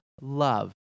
love